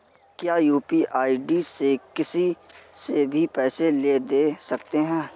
क्या UPI ID से किसी से भी पैसे ले दे सकते हैं?